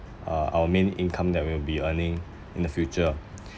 uh our main income that we will be earning in the future